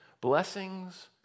blessings